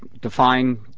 define